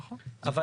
נכון.